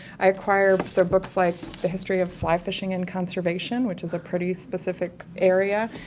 i acquire their books like the history of fly fishing and conservation, which is a pretty specific area